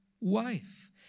wife